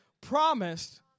promised